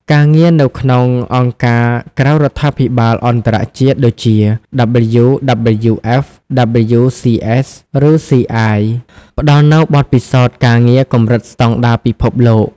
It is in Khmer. ការងារនៅក្នុងអង្គការក្រៅរដ្ឋាភិបាលអន្តរជាតិ ដូចជា WWF, WCS ឬ CI ផ្តល់នូវបទពិសោធន៍ការងារកម្រិតស្តង់ដារពិភពលោក។